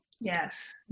Yes